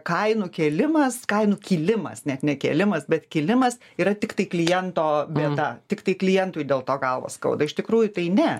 kainų kėlimas kainų kilimas net ne kėlimas bet kilimas yra tiktai kliento bėda tiktai klientui dėl to galvą skauda iš tikrųjų tai ne